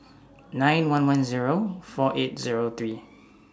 nine one one Zero four eight Zero three